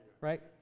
right